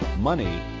money